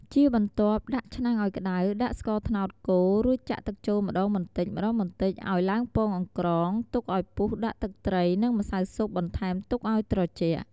ជាបន្ទាប់ ដាក់ឆ្នាំងអោយក្ដៅដាក់ស្ករត្នោតកូរ រួចចាក់ទឹកចូលម្ដងបន្តិចៗអោយឡើងពងអង្ក្រង ទុកឲ្យពុះដាក់ទឹកត្រីនិងម្សៅស៊ុបបន្ថែមទុកឲ្យត្រជាក់។